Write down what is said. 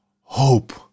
hope